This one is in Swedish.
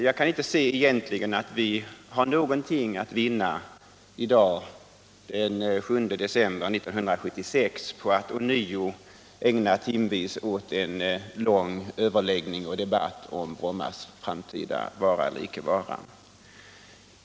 Jag kan egentligen inte se att vi har någonting att vinna i dag, den 8 december 1976, på att ånyo ägna timmar åt en lång överläggning och debatt om Brommas framtida vara eller icke vara.